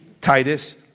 Titus